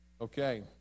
Okay